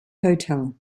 hotel